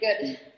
good